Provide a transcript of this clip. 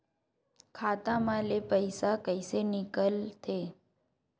खाता मा ले पईसा कइसे निकल थे?